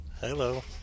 Hello